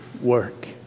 work